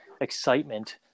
excitement